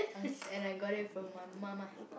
and I got it from my mama